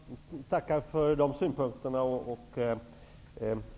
Herr talman! Jag tackar för dessa synpunkter.